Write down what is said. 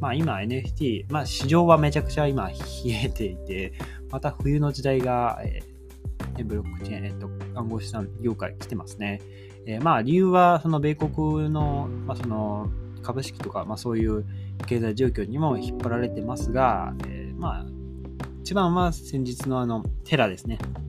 まあ、今、NFT、まあ、市場はめちゃくちゃ今冷えていて、また冬の時代が、えー、ね、ブロックチェーン、えっと、暗号資産業界来てますね。えー、まあ、理由はその米国の、まあ、その株式とか、まあ、そういう経済状況にも引っ張られてますが、えー、まあ、一番は先日のあの、テラですね。